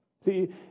See